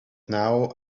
now